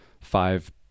five